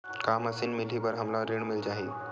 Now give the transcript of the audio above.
का मशीन मिलही बर हमला ऋण मिल जाही?